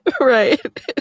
Right